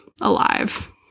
alive